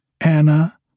Anna